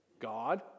God